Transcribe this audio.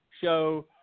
show